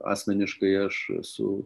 asmeniškai aš esu